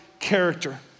character